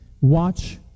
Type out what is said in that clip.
Watch